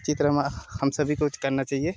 चित्र हमारा हम सभी को करना चाहिए